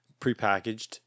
prepackaged